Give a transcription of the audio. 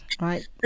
right